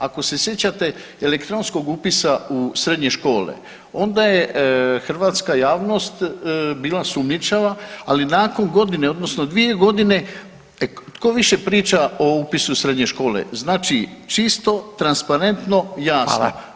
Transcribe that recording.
Ako se sjećate elektronskog upisa u srednje škole onda je hrvatska javnost bila sumnjičava, ali nakon godine odnosno 2.g. tko više priča o upisu u srednje škole, znači čisto, transparentno, jasno.